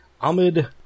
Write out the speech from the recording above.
Ahmed